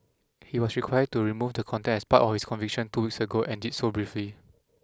he was required to remove the content as part of his conviction two weeks ago and did so briefly